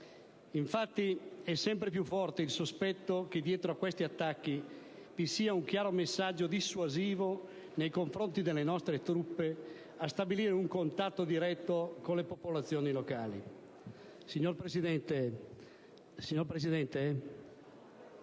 Infatti, è sempre più forte il sospetto che dietro a questi attacchi vi sia un chiaro messaggio dissuasivo nei confronti delle nostre truppe a stabilire un contatto diretto con le popolazioni locali. *(Brusìo).* Signor Presidente,